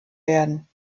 werden